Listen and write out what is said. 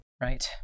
right